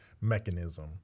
mechanism